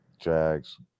Jags